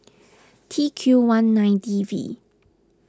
T Q one nine D V